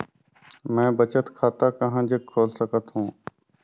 मैं बचत खाता कहां जग खोल सकत हों?